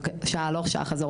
שעה חזור,